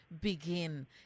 begin